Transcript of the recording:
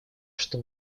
что